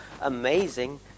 amazing